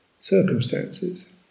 Circumstances